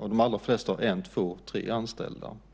De allra flesta har en, två eller tre anställda.